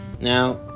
Now